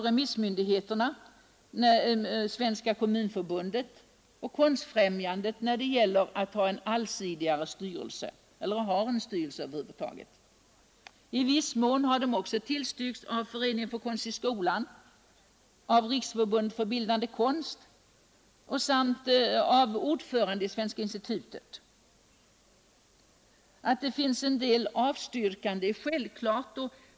De har tillstyrkts av Svenska kommunförbundet och Konstfrämjandet när det gäller önskemål om en allsidigare styrelse eller en styrelse över huvud taget. I viss mån har de också tillstyrkts av Föreningen Konst i skolan, Riksförbundet för bildande konst samt av ordföranden i Svenska institutet. Att det förekommer en del avstyrkanden är självklart.